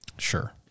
sure